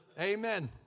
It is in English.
Amen